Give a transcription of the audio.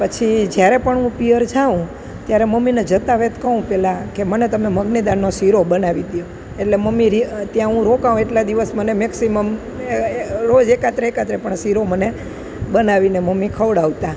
પછી જ્યારે પણ હું પિયર જાઉં ત્યારે મમ્મીને જતા વેંત કહું પહેલાં કે મને તમે મગની દાળનો શીરો બનાવી દો એટલે મમ્મી ત્યાં હું રોકાઉં એટલા દિવસ મને મેક્સિમમ રોજ એકાંતરે એકાંતરે પણ શીરો મને બનાવીને મમ્મી ખવડાવતાં